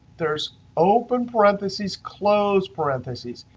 there's open parentheses, close parentheses.